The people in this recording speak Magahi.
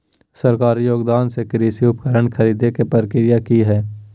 सरकारी योगदान से कृषि उपकरण खरीदे के प्रक्रिया की हय?